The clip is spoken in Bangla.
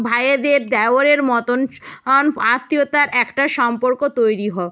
ভাইয়েদের দেওরের মতন অন আত্মীয়তার একটা সম্পর্ক তৈরি হয়